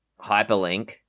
hyperlink